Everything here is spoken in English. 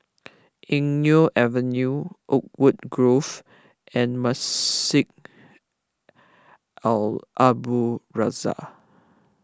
Eng Neo Avenue Oakwood Grove and Masjid Al Abdul Razak